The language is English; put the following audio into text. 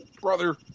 Brother